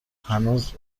هنوز